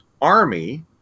Army